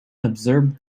observe